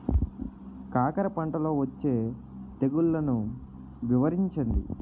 కాకర పంటలో వచ్చే తెగుళ్లను వివరించండి?